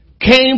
came